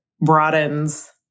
broadens